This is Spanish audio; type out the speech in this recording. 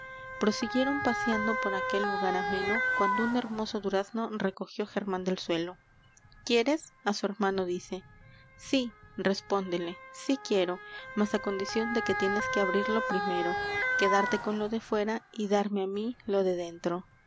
prosiguieron paseando por aquel lugar ameno cuando un hermoso durazno recogió g e r m á n del suelo q u i e r e s á su hermano dice si respóndele si quiero mas á condición de que tienes que abrirlo primero quedarte con lo de afuera y darme á m i ib de dentro